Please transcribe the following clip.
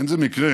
זה לא מקרה